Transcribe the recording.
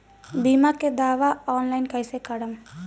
बीमा के दावा ऑनलाइन कैसे करेम?